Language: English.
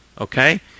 okay